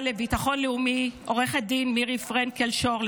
לביטחון לאומי עו"ד מירי פרנקל שור,